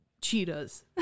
cheetahs